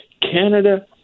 Canada